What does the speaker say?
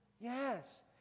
Yes